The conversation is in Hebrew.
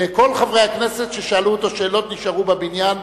וכל חברי הכנסת ששאלו אותו שאלות נשארו בבניין,